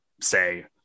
say